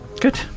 Good